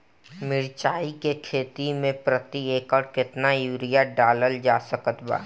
मिरचाई के खेती मे प्रति एकड़ केतना यूरिया डालल जा सकत बा?